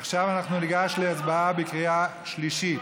עכשיו אנחנו ניגש להצבעה בקריאה שלישית.